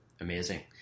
Amazing